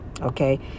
Okay